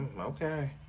okay